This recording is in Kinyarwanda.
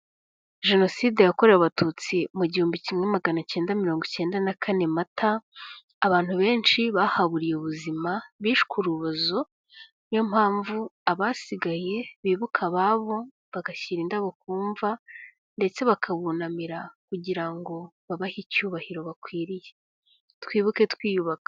Jenoside yakorewe abatutsi mu gihumbi kimwe magana cyenda mirongo icyenda na kane Mata, abantu benshi bahaburiye ubuzima bishwe urubozo, ni yo mpamvu abasigaye bibuka ababo, bagashyira indabo ku mva, ndetse bakabunamira kugira ngo babahe icyubahiro bakwiriye. Twibuke twiyubaka.